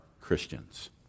Christians